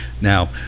now